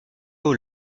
aux